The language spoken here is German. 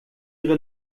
ihre